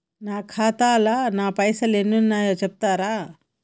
నా ఖాతా లా పైసల్ ఎన్ని ఉన్నాయో చెప్తరా?